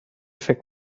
فکر